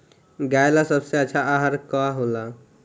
गाय ला सबसे अच्छा आहार का होला?